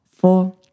four